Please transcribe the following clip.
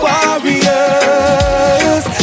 Warriors